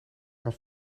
aan